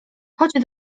chodź